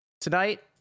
tonight